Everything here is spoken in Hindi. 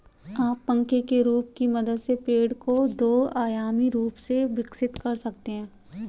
आप पंखे के रूप की मदद से पेड़ को दो आयामी रूप से विकसित कर सकते हैं